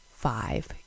five